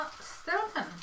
Stilton